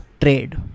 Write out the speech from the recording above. trade